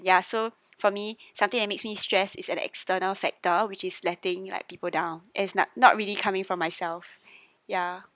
ya so for me something that makes me stress is an external factor which is letting like people down is not not really coming from myself ya